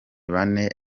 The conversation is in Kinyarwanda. bane